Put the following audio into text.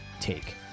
take